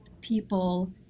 people